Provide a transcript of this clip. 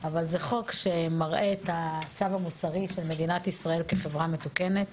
אבל זה חוק שמראה את הצו המוסרי של מדינת ישראל כחברה מתוקנת